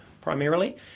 primarily